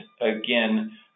again